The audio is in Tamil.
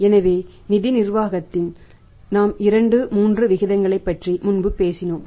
எனவே நிதி நிர்வாகத்தில் நாம் 2 3 விகிதங்களைப் பற்றி முன்பு பேசினோம்